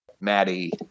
Maddie